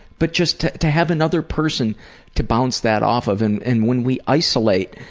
but just to to have another person to bounce that off of and and when we isolate,